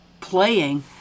playing